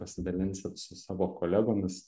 pasidalinsit su savo kolegomis